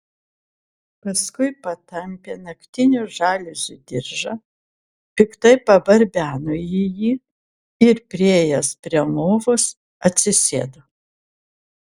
paskui patampė naktinių žaliuzių diržą piktai pabarbeno į jį ir priėjęs prie lovos atsisėdo